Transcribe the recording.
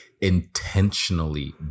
intentionally